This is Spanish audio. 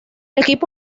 equipo